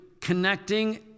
connecting